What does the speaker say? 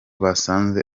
basanze